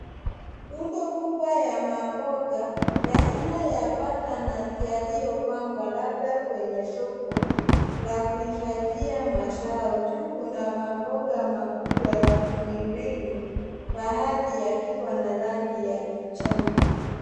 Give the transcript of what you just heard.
Rundo kubwa ya mamboga ya aina ya butternut yaliyopangwa labda kwenye soko la kuhifadhia mazao. Juu kuna mamboga makubwa ya mviringo baadhi yakiwa na rangi ya kijani.